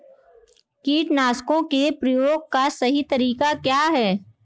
कीटनाशकों के प्रयोग का सही तरीका क्या है?